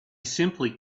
simply